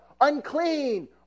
unclean